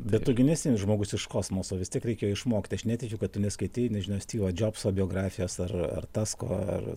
bet tu gi nesi žmogus iš kosmoso vis tiek reikėjo išmokti aš netikiu kad tu neskaitei nežnau styvo džobso biografijos ar ar tasko ar